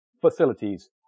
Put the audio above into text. facilities